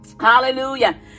Hallelujah